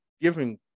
giving